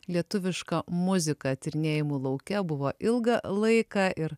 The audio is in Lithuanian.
lietuviška muzika tyrinėjimų lauke buvo ilga laiką ir